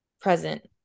present